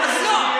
אז לא.